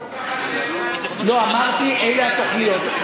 לא, אמרתי שאלה התוכניות.